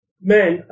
men